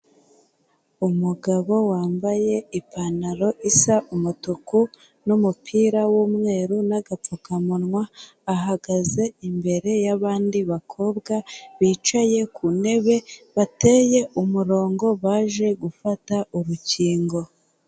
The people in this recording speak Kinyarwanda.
Umugabo wambaye ipantaro isa umutuku n'umupira w'umweru n'agapfukamunwa, ahagaze imbere y'abandi bakobwa bicaye ku ntebe, bateye umurongo, baje gufata urukingo.